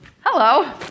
Hello